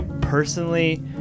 personally